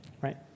Right